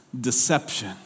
deception